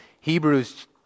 Hebrews